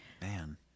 Man